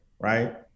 right